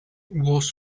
was